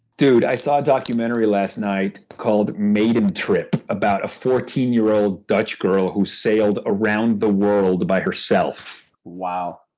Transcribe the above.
dude i saw a documentary last night called maidentrip, about a fourteen year old dutch girl who sailed around the world by herself. wow.